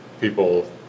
people